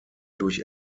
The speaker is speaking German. durch